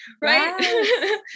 right